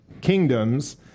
kingdoms